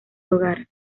hogar